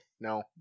No